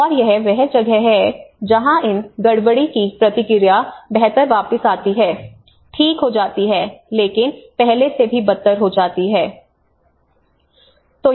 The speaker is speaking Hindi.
और यह वह जगह है जहां इन गड़बड़ी की प्रतिक्रिया बेहतर वापस आती है ठीक हो जाती है लेकिन पहले से भी बदतर हो जाती है